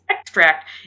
extract